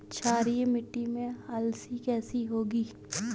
क्षारीय मिट्टी में अलसी कैसे होगी?